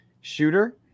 shooter